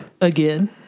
Again